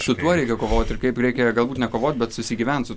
su tuo reikia kovoti ir kaip reikia galbūt nekovot bet susigyvent su